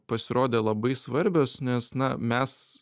pasirodė labai svarbios nes na mes